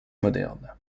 moderne